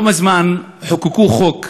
לא מזמן חוקקו חוק,